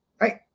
Right